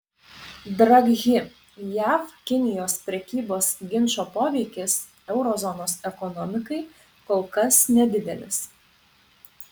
draghi jav kinijos prekybos ginčo poveikis euro zonos ekonomikai kol kas nedidelis